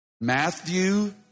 Matthew